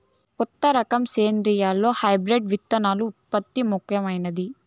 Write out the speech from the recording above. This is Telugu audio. కొత్త రకం సేద్యంలో హైబ్రిడ్ విత్తనాల ఉత్పత్తి ముఖమైంది